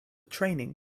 training